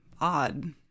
odd